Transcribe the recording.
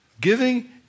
Giving